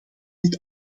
dit